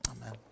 Amen